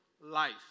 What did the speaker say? Life